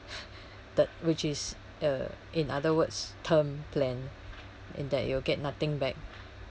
te~ which is uh in other words term plan and that you'll get nothing back